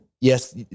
yes